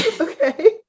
Okay